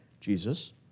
Jesus